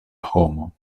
homo